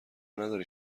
نداری